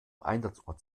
einsatzort